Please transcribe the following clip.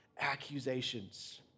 accusations